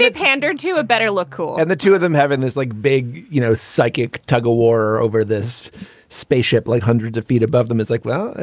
ah pandered to a better look cool and the two of them having this like big, you know, psychic tug of war over this spaceship like hundreds of feet above them is like, well,